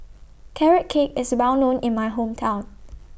Carrot Cake IS Well known in My Hometown